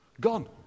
Gone